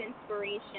inspiration